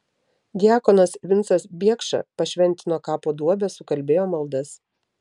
diakonas vincas biekša pašventino kapo duobę sukalbėjo maldas